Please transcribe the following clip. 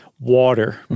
Water